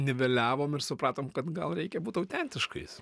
niveliavom ir supratom kad gal reikia būt autentiškais